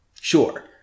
Sure